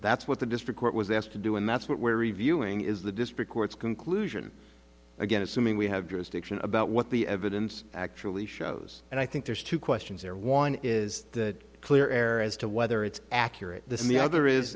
that's what the district court was asked to do and that's what we're reviewing is the district court's conclusion again assuming we have jurisdiction about what the evidence actually shows and i think there's two questions there one is the clear air as to whether it's accurate the other is